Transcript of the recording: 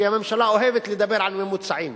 כי הממשלה אוהבת לדבר על ממוצעים.